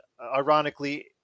ironically